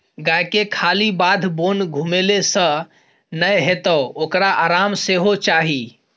गायके खाली बाध बोन घुमेले सँ नै हेतौ ओकरा आराम सेहो चाही